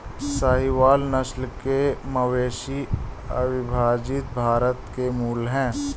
साहीवाल नस्ल के मवेशी अविभजित भारत के मूल हैं